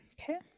Okay